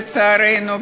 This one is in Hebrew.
לצערנו,